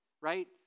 right